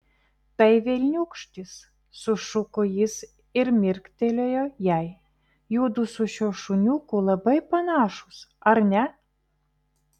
tai velniūkštis sušuko jis ir mirktelėjo jai judu su šiuo šuniuku labai panašūs ar ne